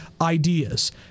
Ideas